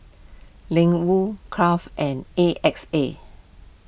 Ling Wu Crave and A X A